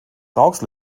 rauxel